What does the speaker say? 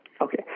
Okay